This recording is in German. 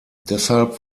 deshalb